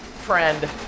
friend